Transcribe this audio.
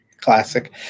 classic